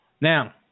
Now